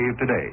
today